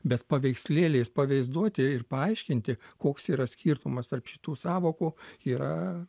bet paveikslėliais paveizduoti ir paaiškinti koks yra skirtumas tarp šitų sąvokų yra